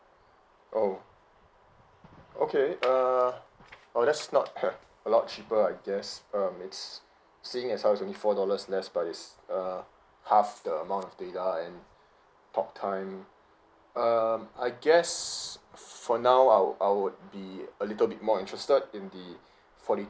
oh okay err well that's not a lot cheaper i guess um it's seeing it is how twenty four dollars less but it's err half the amount of data and talk time um I guess for now I'd I would be a little bit more interested in the forty